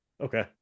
okay